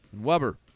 Weber